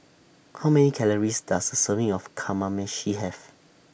How Many Calories Does A Serving of Kamameshi Have